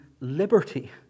liberty